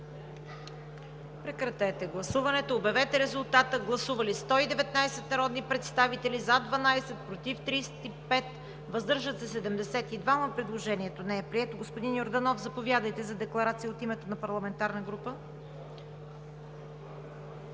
което Комисията не подкрепя. Гласували 119 народни представители: за 12, против 35, въздържали се 72. Предложението не е прието. Господин Йорданов, заповядайте за декларация от името на парламентарна група.